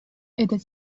этот